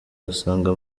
uyasanga